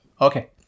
Okay